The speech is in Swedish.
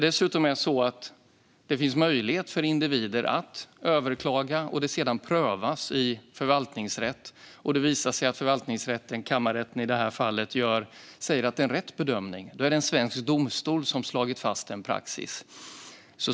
Det finns dessutom möjlighet för individer att överklaga. När det sedan prövas i förvaltningsrätt och det visar sig att förvaltningsrätten, i detta fall kammarrätten, säger att det är rätt bedömning är det en svensk domstol som har slagit fast en praxis.